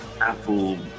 apple